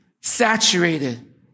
saturated